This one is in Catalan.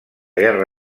guerra